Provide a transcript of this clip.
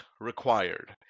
required